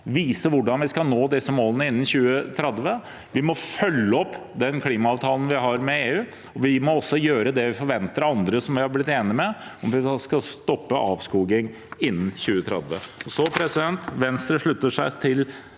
viser hvordan vi skal nå disse målene innen 2030. Vi må følge opp klimaavtalen vi har med EU. Vi må også gjøre det vi forventer av andre som vi har blitt enige med om å stoppe avskoging innen 2030. Venstre slutter seg til